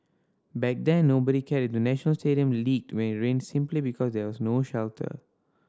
back then nobody cared the National Stadium leaked when it rained simply because there was no shelter